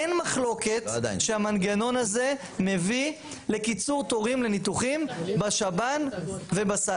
אין מחלוקת שהמנגנון הזה מביא לקיצור תורים לניתוחים בשב"ן ובסל,